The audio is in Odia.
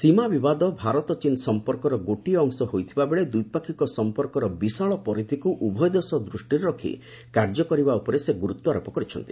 ସୀମା ବିବାଦ ଭାରତ ଚୀନ ସଂପର୍କର ଗୋଟିଏ ଅଂଶ ହୋଇଥିବା ବେଳେ ଦ୍ୱିପାକ୍ଷିକ ସଂପର୍କର ବିଶାଳ ପରିଧିକୁ ଉଭୟ ଦେଶ ଦୃଷ୍ଟି ରଖି କାର୍ଯ୍ୟ କରିବା ଉପରେ ସେ ଗୁରୁତ୍ୱାରୋପ କରିଛନ୍ତି